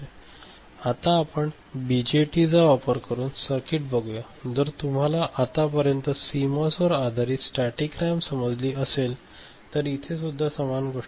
आता आपण बीजेटी चा वापर करून सर्किट बघूया जर तुम्हाला आता पर्यंत सी मॉस वर आधारित स्टॅटिक रॅम समजली असेल तर इथं सुद्धा समान गोष्ट आहे